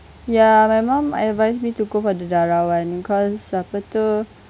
ya my mum advised me to go for the darah one cause apa itu